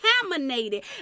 contaminated